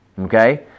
Okay